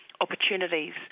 opportunities